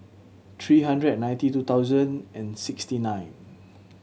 three hundred ninety two thousand and sixty nine